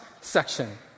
section